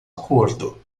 acordo